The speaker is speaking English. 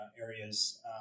areas